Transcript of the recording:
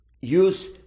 use